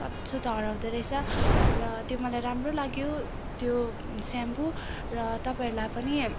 सातसुत हराउँदो रहेछ र त्यो मलाई राम्रो लाग्यो त्यो सेम्पू र तपाईँहरूलाई पनि